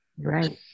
Right